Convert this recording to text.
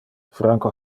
franco